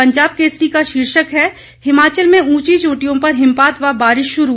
पंजाब केसरी का शीर्षक है हिमाचल में ऊंची चोटियों पर हिमपात व बारिश शुरू